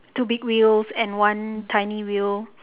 two big wheels and one tiny wheel